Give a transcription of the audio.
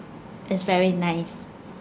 it's very nice